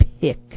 pick